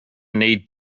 need